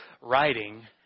writing